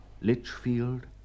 Litchfield